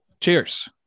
Cheers